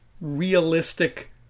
realistic